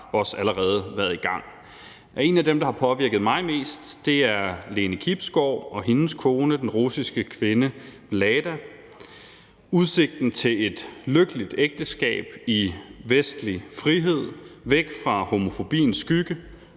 også allerede været i gang. En af dem, der har påvirket mig mest, er Lene Kibsgård og hendes kone, den russiske kvinde Vlada. Udsigten til et lykkeligt ægteskab i vestlig frihed væk fra homofobiens skygge